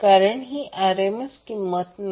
कारण ही RMS किंमत नाही